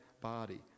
body